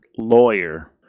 lawyer